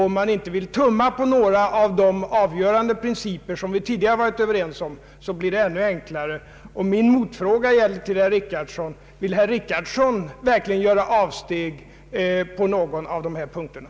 Om man inte vill tumma på någon av de avgörande principer som vi tidigare har varit överens om, blir det ännu enklare. Min motfråga till herr Richardson är: Vill herr Richardson verkligen göra avsteg på någon av de här punkterna?